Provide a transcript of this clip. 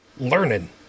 learning